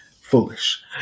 foolish